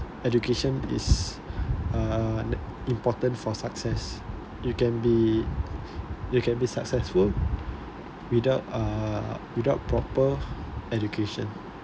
education is err ne~ important for success you can be you can be successful without err without proper education